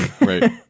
right